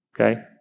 okay